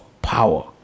power